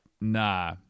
nah